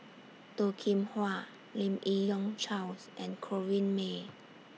Toh Kim Hwa Lim Yi Yong Charles and Corrinne May